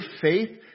faith